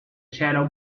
shadow